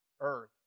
earth